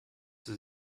sie